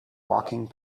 walking